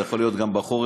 זה יכול להיות גם בחורף,